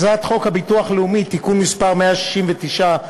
הצעת חוק הביטוח הלאומי (תיקון מס' 169),